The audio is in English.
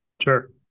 Sure